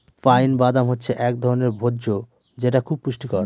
pine বাদাম হচ্ছে এক ধরনের ভোজ্য যেটা খুব পুষ্টিকর